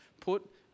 put